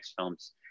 films